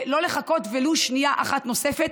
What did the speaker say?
לא לחכות ולו שנייה אחת נוספת,